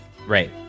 right